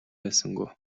байсангүй